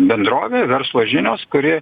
bendrovė verslo žinios kuri